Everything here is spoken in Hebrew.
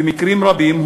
במקרים רבים,